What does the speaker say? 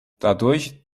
dadurch